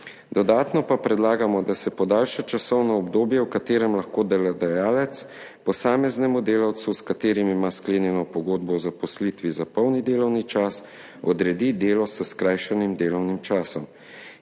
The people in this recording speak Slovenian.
Dodatno pa predlagamo, da se podaljša časovno obdobje, v katerem lahko delodajalec posameznemu delavcu, s katerim ima sklenjeno pogodbo o zaposlitvi za polni delovni čas, odredi delo s skrajšanim delovnim časom.